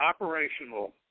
operational